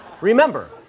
Remember